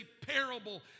parable